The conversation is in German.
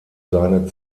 seine